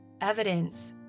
evidence